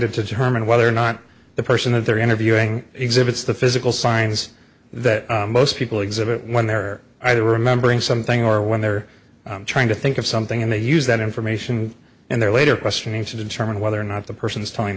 to determine whether or not the person that they're interviewing exhibits the physical signs that most people exhibit when they're either remembering something or when they're trying to think of something and they use that information in their later questioning to determine whether or not the person is telling